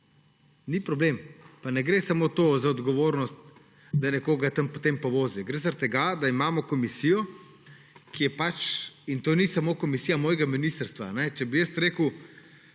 Ni problem. A ne gre sam za odgovornost, da nekoga potem tam povozi, gre za to, da imamo komisijo, in to ni samo komisija mojega ministrstva. Če bi jaz rekel,